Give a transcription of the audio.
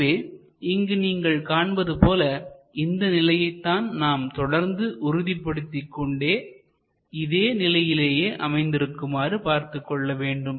எனவே இங்கு நீங்கள் காண்பது போல இந்த நிலையைத்தான் நாம் தொடர்ந்து உறுதிப்படுத்திக்கொண்டு இதே நிலையிலேயே அமைந்திருக்குமாறு பார்த்துக்கொள்ள வேண்டும்